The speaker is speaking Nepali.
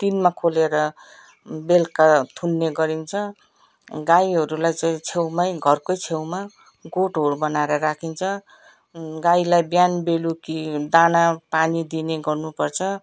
दिनमा खोलेर बेलुका थुन्ने गरिन्छ गाईहरूलाई चाहिँ छेउमै घरकै छेउमा गोठहरू बनाएर राखिन्छ गाईलाई बिहान बेलुका दाना पानी दिने गर्नु पर्छ